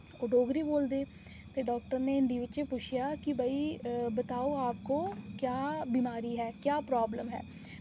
ओह् डोगरी बोलदे ते डॉक्टर नै हिंदी बिच पुच्छेआ कि बताओ आपको क्या बमारी है क्या प्रॉब्लम है